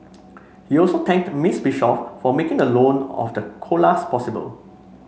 he also thanked Miss Bishop for making the loan of the koalas possible